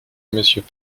monsieur